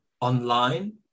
online